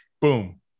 Boom